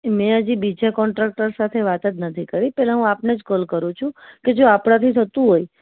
મેં હજી બીજા કોન્ટ્રાકટર સાથે વાત જ નથી કરી પહેલાં હું આપને જ કોલ કરું છું કે જો આપનાથી થતું હોય